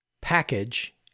package